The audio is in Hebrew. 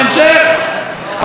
כשיש לנו מדינה והכול קל,